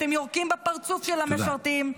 אתם יורקים בפרצוף של המשרתים -- תודה.